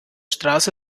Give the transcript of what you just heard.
straße